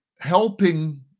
helping